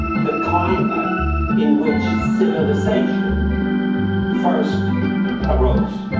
the climate in which civilization first arose.